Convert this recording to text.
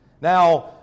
Now